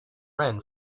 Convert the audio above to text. ran